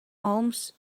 alms